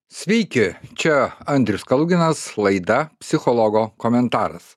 sveiki čia andrius kaluginas laida psichologo komentaras